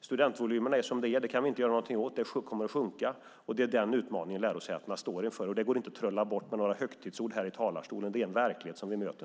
Studentvolymerna är som de är. Det går inte att göra mycket åt. De kommer att sjunka. Det är den utmaningen lärosätena står inför. Det kan inte trollas bort med några högtidsord i talarstolen. Det är den verklighet vi möter.